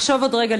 לחשוב עוד רגע,